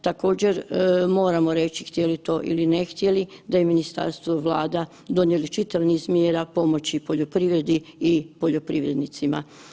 Također, moramo reći htjeli to ili ne htjeli, da je Ministarstvo i Vlada donijeli čitavi niz mjera pomoći poljoprivredi i poljoprivrednicima.